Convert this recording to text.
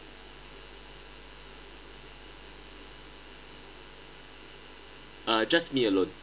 uh just me alone